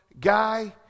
guy